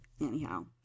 anyhow